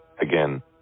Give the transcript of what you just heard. Again